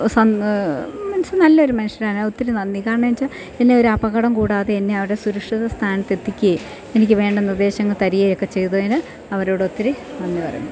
മനസ്സു നല്ലൊരു മനുഷ്യനാണ് ഒത്തിരി നന്ദി കാരണം വെച്ചാൽ എന്നെയൊരപകടം കൂടാതെ എന്നെയവിടെ സുരക്ഷിത സ്ഥാനത്തെത്തിക്കുകയും എനിക്കു വേണ്ട നിർദ്ദേശങ്ങൾ തരികയൊക്കെ ചെയ്തതിനു അവരോടൊത്തിരി നന്ദി പറയുന്നു